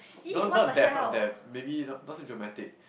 no not deaf not deaf maybe not not so dramatic